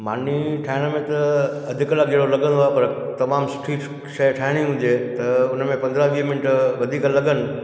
मानी ठाहिण में त अध कलाक जहिणो लॻंदो आहे पर तमामु सुठी शइ ठाहिणी हुजे त हुन में पंद्रहां वीह मिंट वधीक लॻनि